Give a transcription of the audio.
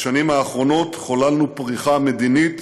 בשנים האחרונות חוללנו פריחה מדינית